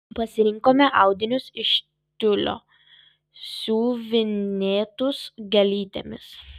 pasirinkome audinius iš tiulio siuvinėtus gėlytėmis